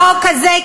החוק הזה,